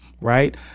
right